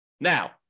Now